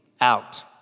out